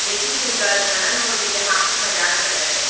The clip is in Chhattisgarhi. ढेंकी कूटत ननंद भउजी के हांसी मजाक चलय